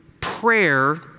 prayer